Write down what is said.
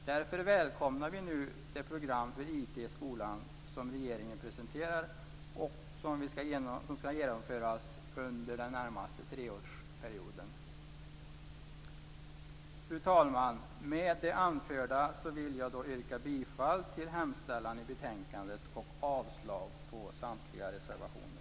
Därför välkomnar vi nu det program för IT i skolan som regeringen presenterar och som skall genomföras under den närmaste treårsperioden. Fru talman! Med det anförda vill jag yrka bifall till hemställan i betänkandet och avslag på samtliga reservationer.